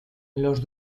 los